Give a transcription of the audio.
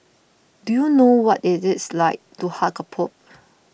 do you know what it is like to hug a pope